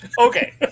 Okay